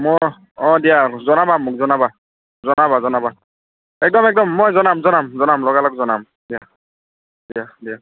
মই অ' দিয়া জনাবা মোক জনাবা জনাবা জনাবা একদম একদম মই জনাম জনাম জনাম লগা লগ জনাম দিয়া দিয়া দিয়া